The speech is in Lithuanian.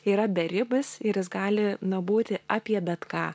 yra beribis ir jis gali na būti apie bet ką